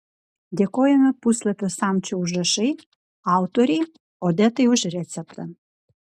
dėkojame puslapio samčio užrašai autorei odetai už receptą